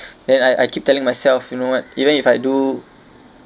then I I keep telling myself you know what even if I do